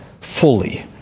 fully